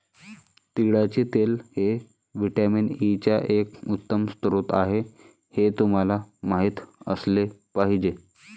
तिळाचे तेल हे व्हिटॅमिन ई चा एक उत्तम स्रोत आहे हे तुम्हाला माहित असले पाहिजे